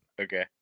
Okay